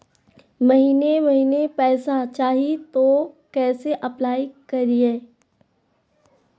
महीने महीने पैसा चाही, तो कैसे अप्लाई करिए?